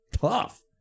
tough